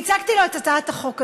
והצגתי לו את הצעת החוק הזאת,